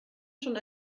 schon